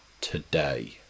today